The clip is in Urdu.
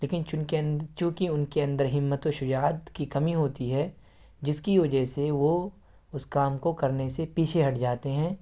لیکن چوں کہ ان کے اندر ایک ہمت و شجاعت کی کمی ہوتی ہے جس کی وجہ سے وہ اس کام کو کرنے سے پیچھے ہٹ جاتے ہیں